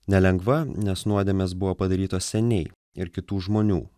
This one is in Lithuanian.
nelengva nes nuodėmės buvo padarytos seniai ir kitų žmonių